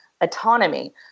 autonomy